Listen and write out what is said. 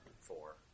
four